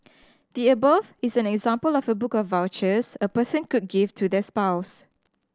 the above is an example of a book of vouchers a person could give to their spouse